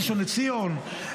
ראשון לציון,